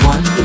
One